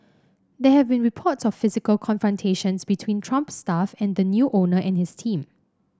there have been reports of physical confrontations between Trump staff and the new owner and his team